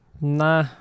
Nah